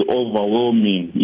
overwhelming